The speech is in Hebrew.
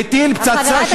מטיל פצצה,